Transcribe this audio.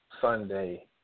Sunday